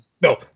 no